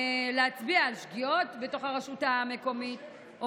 ולהצביע על שגיאות בתוך הרשות המקומית או